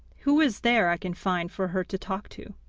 who is there i can find for her to talk to